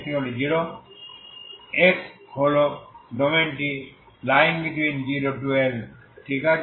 x হল ডোমেন0xL ঠিক আছে